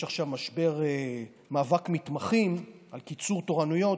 יש עכשיו מאבק מתמחים על קיצור תורנויות,